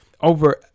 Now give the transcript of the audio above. over